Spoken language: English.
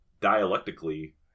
dialectically